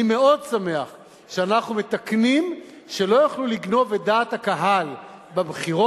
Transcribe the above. אני מאוד שמח שאנחנו מתקנים כך שלא יוכלו לגנוב את דעת הקהל בבחירות.